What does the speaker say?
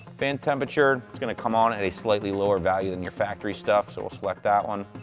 fan temperature, it's going to come on at a slightly lower value than your factory stuff, so we'll select that one.